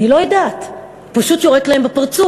אני לא יודעת, הוא פשוט יורק להם בפרצוף.